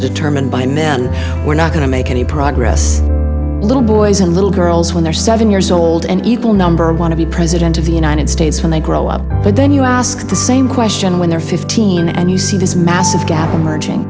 determined by men we're not going to make any progress little boys and little girls when they're seven years old and equal number want to be president of the united states when they grow up but then you ask the same question when they're fifteen and you see this massive gap emerging